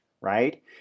right